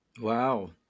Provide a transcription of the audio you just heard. wow